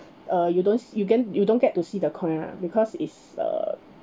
uh you don't s~ you can't you don't get to see the coin lah because it's uh